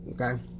Okay